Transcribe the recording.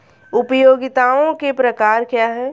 उपयोगिताओं के प्रकार क्या हैं?